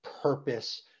purpose